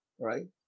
right